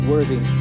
worthy